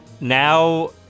Now